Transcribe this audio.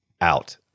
out